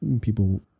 people